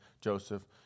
Joseph